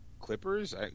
clippers